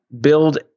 build